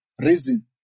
reason